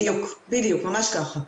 בדיוק, ממש ככה.